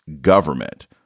government